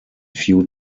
few